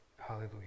Hallelujah